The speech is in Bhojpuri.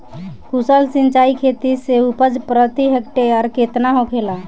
कुशल सिंचाई खेती से उपज प्रति हेक्टेयर केतना होखेला?